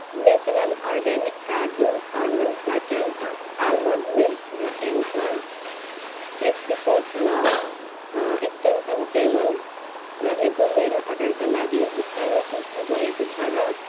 Natureland organics काजु urban platter almond milk र Anchor flexicord long extension cable रहेको मेरो अर्डरका लागि भुक्तानी पुष्टि भएको छ र